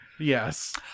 yes